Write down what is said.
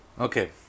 Okay